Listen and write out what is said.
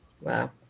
Wow